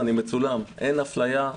אני מצולם אין אפליה,